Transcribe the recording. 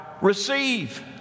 receive